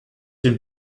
den